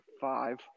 five